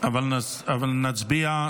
אבל נצביע.